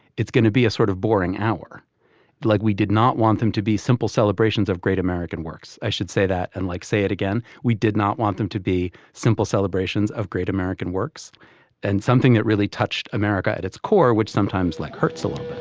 it's gonna be a sort of boring hour like we did not want them to be. be. simple celebrations of great american works. i should say that and like say it again. we did not want them to be simple celebrations of great american works and something that really touched america at its core, which sometimes like hertzel